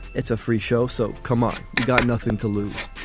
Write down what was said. it's a free show, so come on, you got nothing to lose.